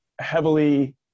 heavily